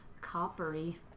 Coppery